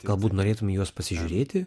galbūt norėtum į juos pasižiūrėti